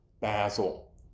Basil